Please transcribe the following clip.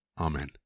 Amen